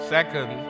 Second